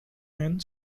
and